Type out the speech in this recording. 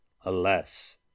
Alas